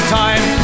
time